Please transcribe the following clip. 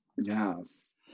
Yes